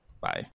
Bye